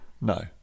No